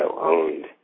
owned